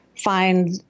Find